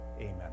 Amen